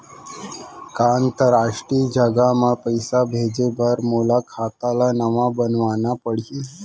का अंतरराष्ट्रीय जगह म पइसा भेजे बर मोला खाता ल नवा बनवाना पड़ही?